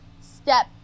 step